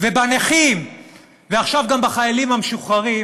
ובנכים ועכשיו גם בחיילים המשוחררים,